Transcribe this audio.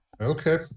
Okay